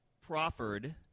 proffered